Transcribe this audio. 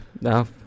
no